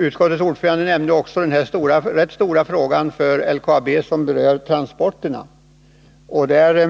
Utskottets ordförande tog också upp den för LKAB rätt stora frågan om transporterna. Ute i